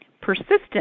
persistent